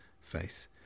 face